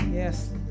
Yes